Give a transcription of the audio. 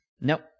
Nope